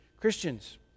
Christians